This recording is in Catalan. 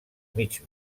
mig